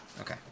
Okay